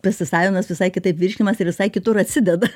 pasisavina jis visai kitaip virškinas ir visai kitur atsideda